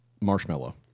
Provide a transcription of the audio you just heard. marshmallow